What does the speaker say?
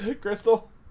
Crystal